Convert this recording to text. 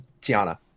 Tiana